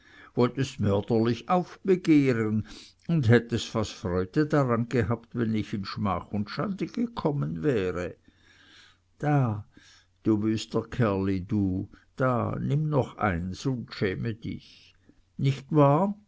wolltest mörderlich aufbegehren und hättest fast freude daran gehabt wenn ich in schmach und schande gekommen wäre da du wüster kerli du da nimm noch eines und schäme dich nicht wahr